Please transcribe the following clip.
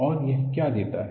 और यह क्या देता है